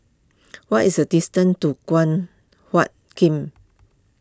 what is the distance to Guan Huat Kiln